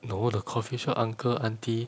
no the coffee shop uncle auntie